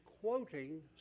quoting